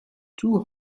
two